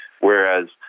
whereas